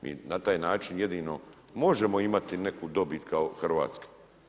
Mi na taj način jedino možemo imati neku dobit kao Hrvatska.